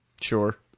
Sure